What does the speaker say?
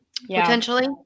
Potentially